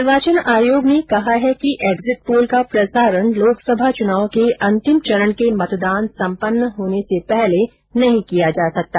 निर्वाचन आयोग ने कहा है कि एक्जिट पोल का प्रसारण लोकसभा चुनाव के अंतिम चरण के मतदान सम्पन्न होने से पहले नहीं किया जा सकता